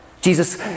Jesus